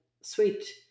sweet